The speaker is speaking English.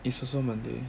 it's also monday